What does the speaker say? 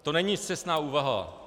To není scestná úvaha.